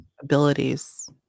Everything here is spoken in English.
abilities